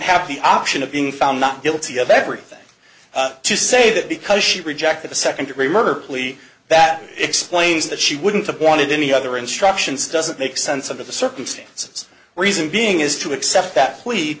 have the option of being found not guilty of everything to say that because she rejected a second degree murder plea that explains that she wouldn't have wanted any other instructions doesn't make sense of the circumstances reason being is to accept that